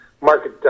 Market